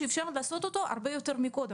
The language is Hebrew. שאפשר לעשות אותו הרבה יותר קודם?